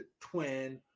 twin